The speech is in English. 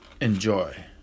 enjoy